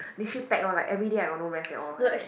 then shit packed lor like everyday I got no rest at all like that